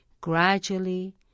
Gradually